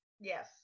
Yes